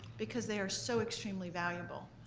because they are so extremely valuable.